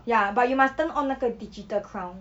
ya but you must turn on 那个 digital crown